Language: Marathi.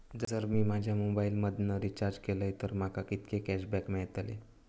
जर मी माझ्या मोबाईल मधन रिचार्ज केलय तर माका कितके कॅशबॅक मेळतले?